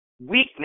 weakness